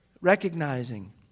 Recognizing